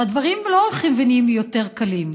והדברים לא הולכים ונעשים יותר קלים.